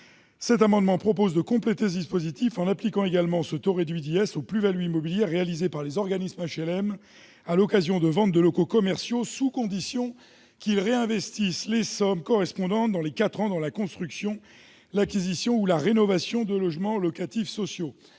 Cet amendement tend à compléter ce dispositif en appliquant également ce taux réduit d'impôt sur les sociétés aux plus-values immobilières réalisées par les organismes d'HLM à l'occasion de ventes de locaux commerciaux, à la condition qu'ils réinvestissent les sommes correspondantes, dans les quatre ans, dans la construction, l'acquisition ou la rénovation de logements locatifs sociaux.